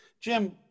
jim